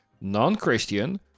non-Christian